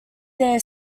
their